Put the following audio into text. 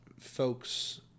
Folks